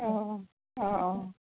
অঁ অঁ অঁ